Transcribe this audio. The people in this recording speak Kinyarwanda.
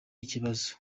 ikibazo